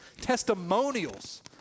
Testimonials